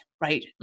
right